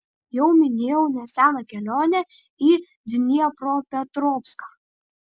jau minėjau neseną kelionę į dniepropetrovską